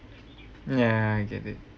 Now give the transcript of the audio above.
ya I get it